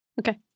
Okay